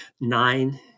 nine